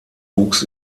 wuchs